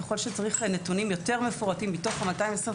ככל שצריך נתונים יותר מפורטים מתוך ה-225,